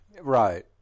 Right